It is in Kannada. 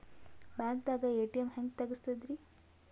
ಬ್ಯಾಂಕ್ದಾಗ ಎ.ಟಿ.ಎಂ ಹೆಂಗ್ ತಗಸದ್ರಿ?